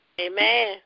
Amen